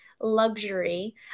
luxury